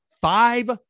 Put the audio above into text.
Five